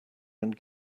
and